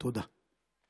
תודה.